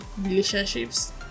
relationships